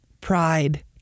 pride